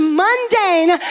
mundane